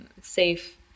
safe